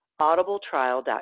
audibletrial.com